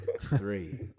Three